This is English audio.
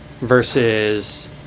versus